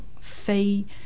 fee